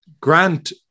Grant